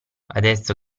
adesso